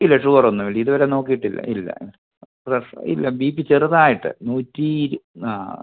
ഇല്ല ഷുഗറൊന്നും ഇതുവരെ നോക്കീട്ടില്ല ഇല്ല ആ പ്രഷർ ഇല്ല ബി പി ചെറുതായിട്ട് നൂറ്റിയിരു ആ